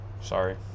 Sorry